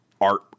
art